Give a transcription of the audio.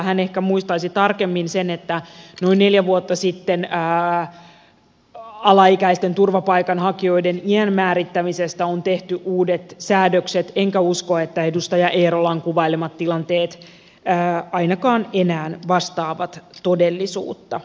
hän ehkä muistaisi tarkemmin sen että noin neljä vuotta sitten alaikäisten turvapaikanhakijoiden iän määrittämisestä on tehty uudet säädökset enkä usko että edustaja eerolan kuvailemat tilanteet ainakaan enää vastaavat todellisuutta